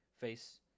face